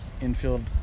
infield